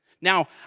Now